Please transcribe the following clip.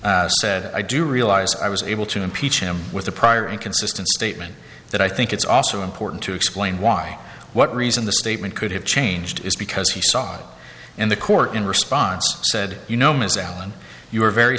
said i do realize i was able to impeach him with a prior inconsistent statement that i think it's also important to explain why what reason the statement could have changed is because he saw in the court in response said you know ms allen you were very